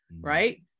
right